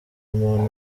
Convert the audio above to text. muntu